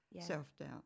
self-doubt